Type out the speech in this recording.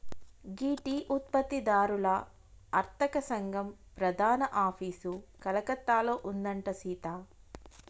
గీ tea ఉత్పత్తి దారుల అర్తక సంగం ప్రధాన ఆఫీసు కలకత్తాలో ఉందంట సీత